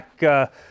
back